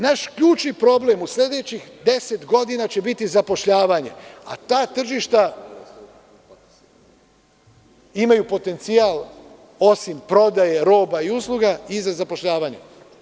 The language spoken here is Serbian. Naš ključni problem u sledećih 10 godina će biti zapošljavanje, a ta tržišta imaju potencijal osim prodaje roba i usluga i za zapošljavanje.